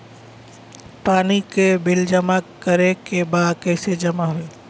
पानी के बिल जमा करे के बा कैसे जमा होई?